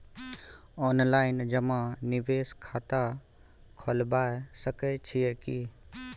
Online जमा निवेश खाता खुलाबय सकै छियै की?